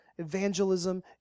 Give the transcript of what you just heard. evangelism